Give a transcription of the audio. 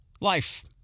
life